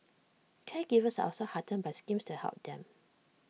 caregivers are also heartened by schemes to help them